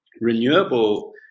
renewable